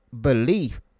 belief